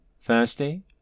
Thirsty